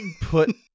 put